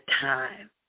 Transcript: time